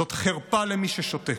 זאת חרפה למי ששותק.